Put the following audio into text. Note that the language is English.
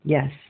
Yes